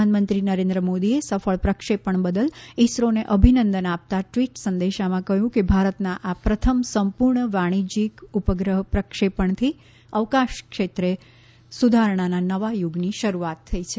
પ્રધાનમંત્રી નરેન્દ્ર મોદીએ સફળ પ્રક્ષેપણ બદલ ઇસરોને અભિનંદન આપતા ટવીટ સંદેશામાં કહયું કે ભારતના આ પ્રથમ સંપુર્ણ વાણીજયીક ઉપગ્રહ પ્રક્ષેપણથી અવકાશ ક્ષેત્રે સુધારણાના નવા યુગની શરુઆત થઇ છે